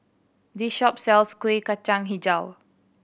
this shop sells Kuih Kacang Hijau